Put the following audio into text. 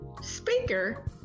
speaker